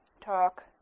talk